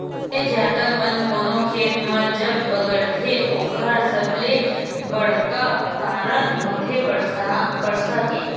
सबले जादा बन कोनो खेत म जब बगरथे ओखर सबले बड़का कारन होथे बरसा के